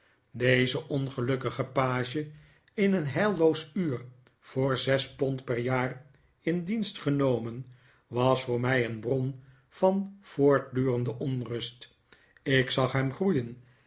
deze ongelukkige page in een heilloos uur voor zes pond per jaar in dienst genomen was voor mij een bron van voortdurende onrust ik zag hem groeien